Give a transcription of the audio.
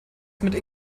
mit